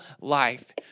life